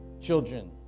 children